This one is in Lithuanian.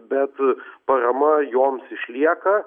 bet parama joms išlieka